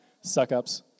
suck-ups